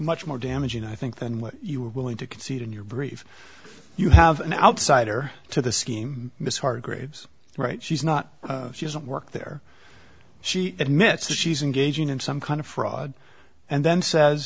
much more damaging i think than what you were willing to concede in your brief you have an outsider to the scheme this hargraves right she's not she doesn't work there she admits she's engaging in some kind of fraud and then says